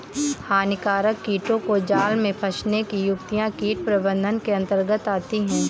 हानिकारक कीटों को जाल में फंसने की युक्तियां कीट प्रबंधन के अंतर्गत आती है